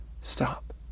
stop